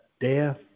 death